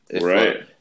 Right